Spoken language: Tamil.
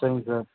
சரிங்க சார்